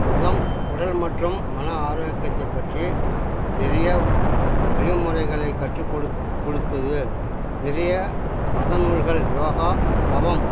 மதம் உடல் மற்றும் மன ஆரோக்கியத்தைப் பற்றி நிறைய வழி முறைகளைக் கற்று குடுக் கொடுத்தது நி றைய மத நூல்கள் யோகா தவம்